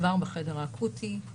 כבר בחדר האקוטי,